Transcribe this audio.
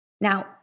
Now